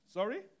Sorry